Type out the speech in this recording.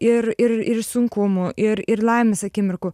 ir ir ir sunkumų ir ir laimės akimirkų